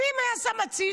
אם היה שם עציץ,